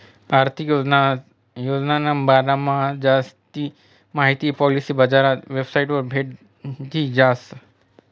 आर्थिक योजनाना बारामा जास्ती माहिती पॉलिसी बजारनी वेबसाइटवर भेटी जास